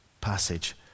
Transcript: passage